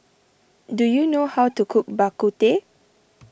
do you know how to cook Bak Kut Teh